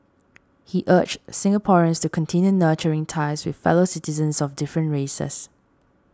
he urged Singaporeans to continue nurturing ties with fellow citizens of different races